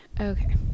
Okay